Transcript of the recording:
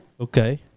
Okay